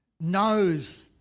knows